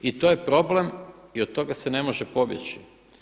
I to je problem i od toga se ne može pobjeći.